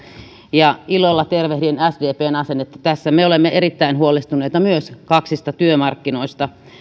ja ilolla tervehdin sdpn asennetta tässä me olemme myös erittäin huolestuneita kaksista työmarkkinoista